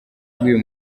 bw’uyu